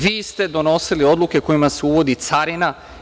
Vi ste donosili odluke kojima se uvodi carina.